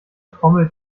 trommel